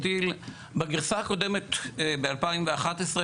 בגרסה הקודמת ב-2011,